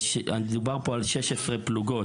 דובר פה על 16 פלוגות.